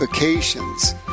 vacations